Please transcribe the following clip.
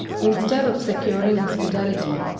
instead of securing his fidelity,